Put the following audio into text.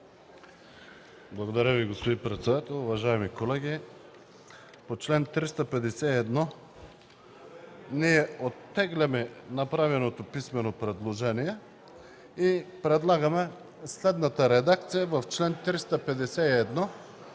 Благодаря Ви, господин председател. Уважаеми колеги, по чл. 351 ние оттегляме направеното писмено предложение и предлагаме следната редакция в чл. 351,